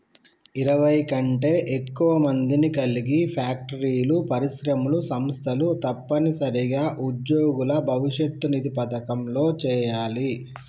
ఇరవై కంటే ఎక్కువ మందిని కలిగి ఫ్యాక్టరీలు పరిశ్రమలు సంస్థలు తప్పనిసరిగా ఉద్యోగుల భవిష్యత్ నిధి పథకంలో చేయాలి